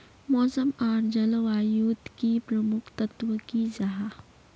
मौसम आर जलवायु युत की प्रमुख तत्व की जाहा?